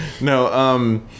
no